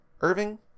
Irving